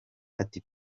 ati